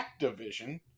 Activision